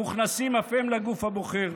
מוכנסים אף הם לגוף הבוחר.